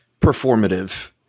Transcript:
performative